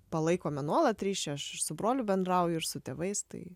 palaikome nuolat ryšį aš su broliu bendrauju ir su tėvais tai